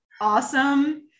awesome